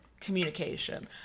communication